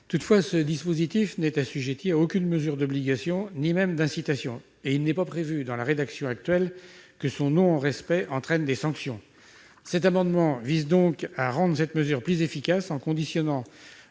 Toutefois, ce dispositif n'est assorti d'aucune mesure d'obligation ni même d'incitation, et il n'est pas prévu, dans la rédaction actuelle, que son non-respect entraîne des sanctions. Cet amendement vise donc à rendre la mesure plus efficace, en conditionnant